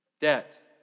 debt